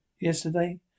Yesterday